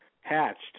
hatched